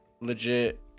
legit